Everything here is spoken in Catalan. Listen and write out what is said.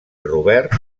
robert